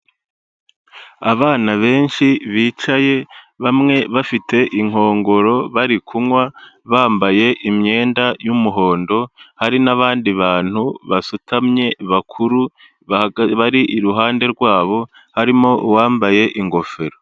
Abana benshi bicaye, bamwe bafite inkongoro bari kunywa bambaye imyenda y'umuhondo, hari n'abandi bantu basutamye bakuru bari iruhande rwabo, harimo uwambaye ingofero.